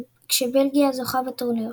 כשבלגיה זוכה בטורניר.